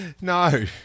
No